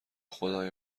خدای